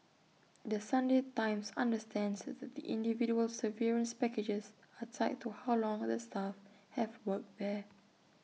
the Sunday times understands that the individual severance packages are tied to how long the staff have worked there